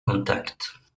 intactes